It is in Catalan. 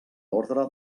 ordre